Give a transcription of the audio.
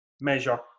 measure